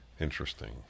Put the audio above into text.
Interesting